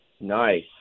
Nice